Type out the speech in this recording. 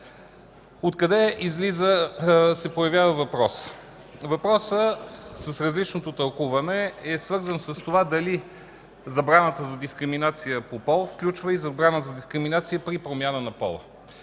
Откъде се появява въпросът? Въпросът с различното тълкуване е свързан с това дали забраната за дискриминация по пол включва и забрана за дискриминация при промяна на пола.